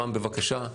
רם, בבקשה.